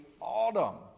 autumn